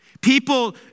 People